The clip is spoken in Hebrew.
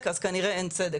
אז כנראה שאין צדק.